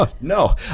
no